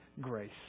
grace